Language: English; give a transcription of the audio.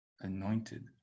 anointed